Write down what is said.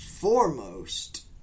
foremost